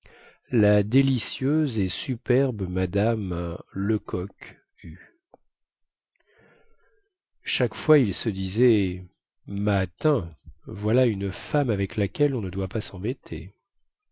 la délicieuse et superbe mme lecoq hue chaque fois il se disait mâtin voilà une femme avec laquelle on ne doit pas sembêter